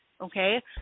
okay